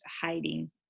hiding